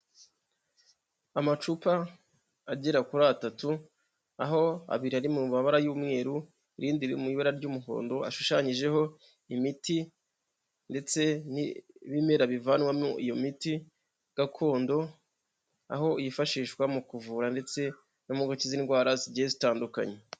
Amacupa agera kuri atatu aho abiri ari mu mabara y'umweru irindi riri, mu ibara ry'umuhondo ashushanyijeho imiti, ndetse n'ibimera bivanwamo iyo miti gakondo, aho yifashishwa mu kuvura ndetse no mu gukiza indwara zigiye zitandukanye.